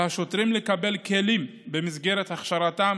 על השוטרים לקבל כלים במסגרת הכשרתם